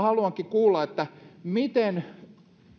haluankin kuulla miten